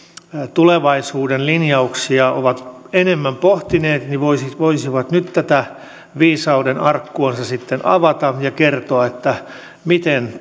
tulevaisuuden linjauksia ovat enemmän pohtineet voisivat voisivat nyt tätä viisauden arkkuansa sitten avata ja kertoa miten